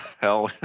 Hell